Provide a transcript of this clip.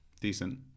decent